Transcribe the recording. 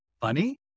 funny